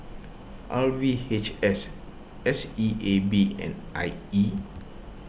R V H S S E A B and I E